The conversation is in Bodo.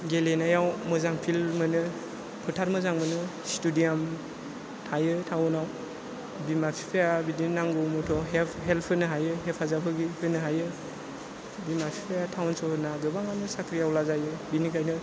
गेलेनायाव मोजां फिल्ड मोनो फोथार मोजां मोनो स्टेडियाम थायो टाउनाव बिमा बिफाया बिदिनो नांगौ मुवायाव हेल्प होनो हायो हेफाजाब होनो हायो बिमा बिफाया टाउन सहरना गोबांआनो साख्रिआवला जायो बेनिखायनो